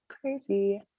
crazy